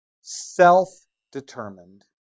self-determined